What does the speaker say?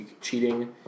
cheating